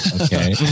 Okay